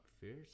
Fierce